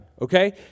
Okay